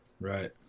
right